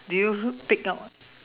do you pick up